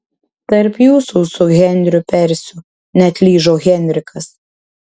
tarp jūsų su henriu persiu neatlyžo henrikas